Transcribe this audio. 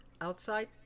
outside